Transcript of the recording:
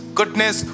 goodness